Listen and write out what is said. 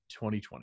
2020